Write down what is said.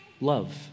love